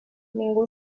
ningú